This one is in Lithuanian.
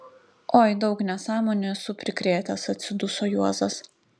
oi daug nesąmonių esu prikrėtęs atsiduso juozas